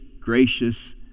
gracious